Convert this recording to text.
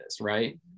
right